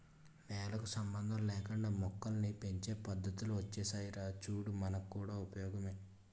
నేలకు సంబంధం లేకుండానే మొక్కల్ని పెంచే పద్దతులు ఒచ్చేసాయిరా చూడు మనకు కూడా ఉపయోగమే